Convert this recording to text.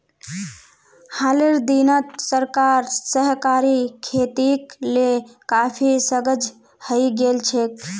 हालेर दिनत सरकार सहकारी खेतीक ले काफी सजग हइ गेल छेक